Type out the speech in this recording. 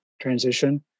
transition